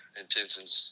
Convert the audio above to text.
intentions